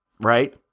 right